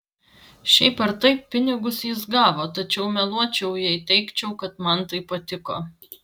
šiaip ar taip pinigus jis gavo tačiau meluočiau jei teigčiau kad man tai patiko